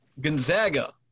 Gonzaga